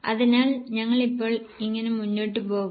അതിനാൽ ഞങ്ങൾ ഇപ്പോൾ എങ്ങനെ മുന്നോട്ട് പോകും